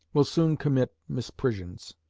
will soon commit misprisions.